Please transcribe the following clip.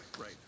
Right